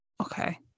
Okay